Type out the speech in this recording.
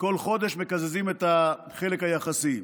כל חודש מקזזים את החלק היחסי.